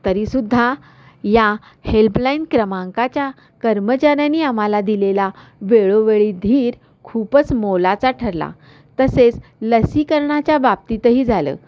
तरीसुद्धा या हेल्पलाईन क्रमांकाच्या कर्मचाऱ्यानी आम्हाला दिलेला वेळोवेळी धीर खूपच मोलाचा ठरला तसेच लसीकरणाच्या बाबतीतही झालं